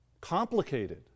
complicated